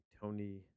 Tony